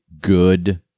good